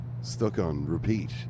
stuck-on-repeat